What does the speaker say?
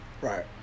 Right